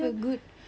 macam gitu eh